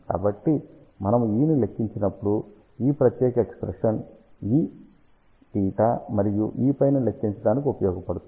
కాబట్టి మనము E ని లెక్కించినప్పుడు ఈ ప్రత్యేక ఎక్ష్ప్రెషన్ E𝜽 మరియు Eϕ ని లెక్కించటానికి ఉపయోగించబడుతుంది